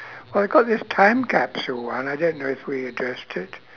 oh I got this time capsule one I don't know if we addressed it